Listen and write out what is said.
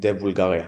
- יהודי בולגריה",